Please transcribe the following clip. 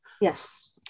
yes